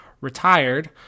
retired –